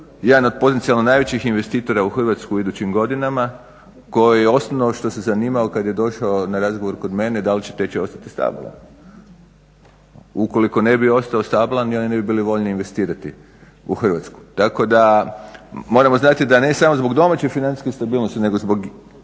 jedan od potencijalno najvećih investitora u Hrvatsku u idućim godinama koji je osnovno što se zanimao kad je došao na razgovor kod mene dal će tečaj ostati stabilan. Ukoliko ne bi ostao stabilan, oni ne bi bili voljni investirati u Hrvatsku, tako da moramo znati da ne samo zbog domaće financijske stabilnosti, nego zbog